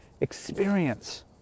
experience